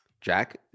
Jack